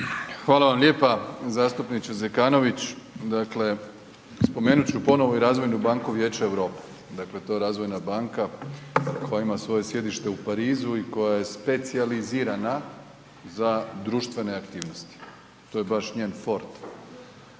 Hvala vam lijepa zastupniče Zekanović, dakle spomenut ću ponovo i Razvojnu banku Vijeća Europe. Dakle, to je razvojna banka koja ima svoje sjedište u Parizu i koja je specijalizirana za društvene aktivnosti, to je baš njen fort,